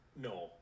No